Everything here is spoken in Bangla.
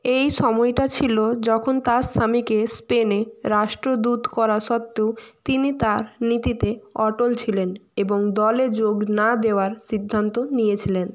এই সময়টা ছিল যখন তার স্বামীকে স্পেনে রাষ্ট্রদূত করা সত্ত্বেও তিনি তাঁর নীতিতে অটল ছিলেন এবং দলে যোগ না দেওয়ার সিদ্ধান্ত নিয়েছিলেন